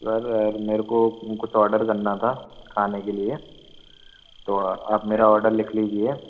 sir मेरे को कुछ ऑर्डर करना था खाने के लिए तो आप मेरा आर्डर लिख लीजिए